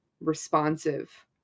responsive